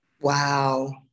Wow